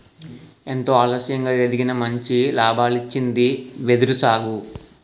ఎంతో ఆలస్యంగా ఎదిగినా మంచి లాభాల్నిచ్చింది వెదురు సాగు